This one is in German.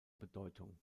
bedeutung